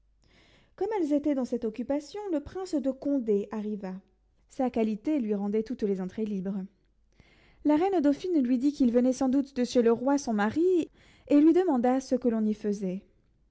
comme elles étaient dans cette occupation le prince de condé arriva sa qualité lui rendait toutes les entrées libres la reine dauphine lui dit qu'il venait sans doute de chez le roi son mari et lui demanda ce que l'on y faisait